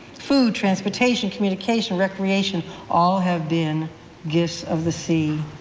food, transportation, communication, recreation all have been gifts of the sea.